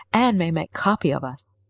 anne may make copy of us.